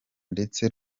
ndetse